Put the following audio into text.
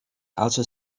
also